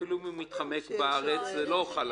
אפילו אם הוא מתחמק בארץ זה לא חל.